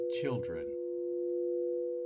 children